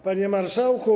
Panie Marszałku!